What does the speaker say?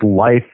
life